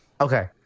Okay